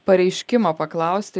pareiškimą paklausti